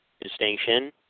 distinction